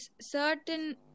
certain